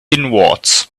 inwards